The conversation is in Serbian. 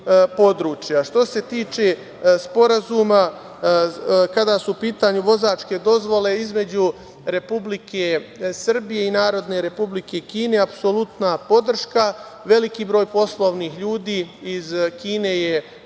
se tiče Sporazuma kada su u pitanju vozačke dozvole između Republike Srbije i Narodne Republike Kine, apsolutna podrška. Veliki broj poslovnih ljudi iz Kine je dolazio